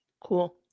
Cool